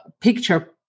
picture